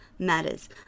matters